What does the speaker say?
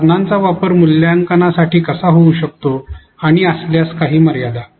साधनांचा वापर मूल्यांकना साठी कसा होऊ शकतो आणि असल्यास काही मर्यादा